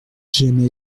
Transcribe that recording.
jamais